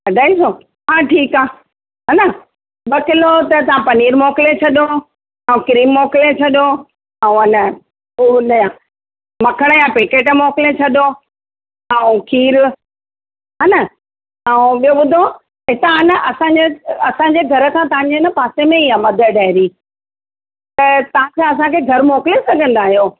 अढाई सौ हा ठीकु आहे हा न ॿ किलो त तव्हां पनीर मोकिले छॾो ऐं क्रीम मोकिले छॾो ऐं हा न उहो हा न मखण जा पैकेट मोकिले छॾो ऐं खीर हा न ऐं ॿियो ॿुधो हितां आहे न असांजे असांजे घर खां न तव्हांजे न पासे में ई आहे मदर डेरी त तव्हांखे असांखे घरु मोकले सघंदा आहियो